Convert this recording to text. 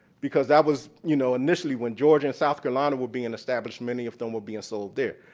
because that was, you know, initially when georgia and south carolina were being established, many of them were being sold there.